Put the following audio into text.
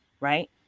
right